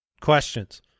questions